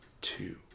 Two